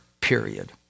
period